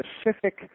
specific